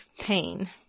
pain